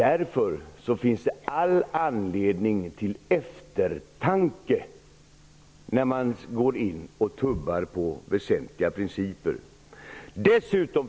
Därför finns det all anledning till eftertanke när man går in och tubbar på väsentliga principer. Fru talman!